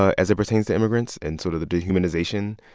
as it pertains to immigrants, and sort of the dehumanization,